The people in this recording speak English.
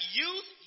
youth